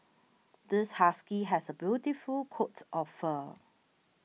this husky has a beautiful coat of fur